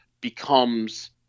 becomes